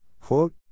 quote